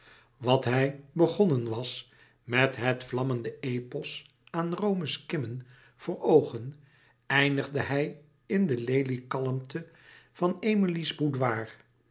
wat hij begonnen was met het vlammende epos aan rome's kimmen voor oogen eindigde hij in de leliekalmte van emilie's